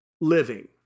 living